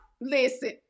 Listen